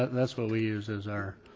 that's what we use as our